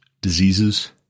diseases